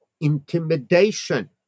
intimidation